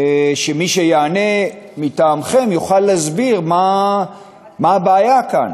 מי שיענה מטעמכם יוכל להסביר מה הבעיה כאן.